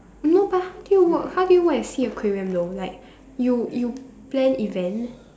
no but how do you work how do you work at sea aquarium though like you you plan event